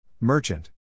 Merchant